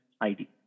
id